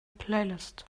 playlist